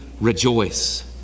rejoice